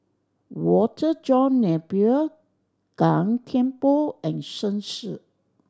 Walter John Napier Gan Thiam Poh and Shen Xi